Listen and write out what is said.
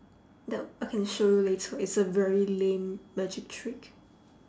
that I can show you later it's a very lame magic trick